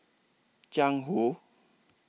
Jiang Hu